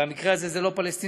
במקרה הזה זה לא פלסטינים,